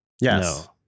Yes